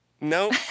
No